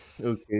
okay